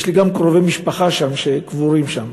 גם יש קרובי משפחה שקבורים שם.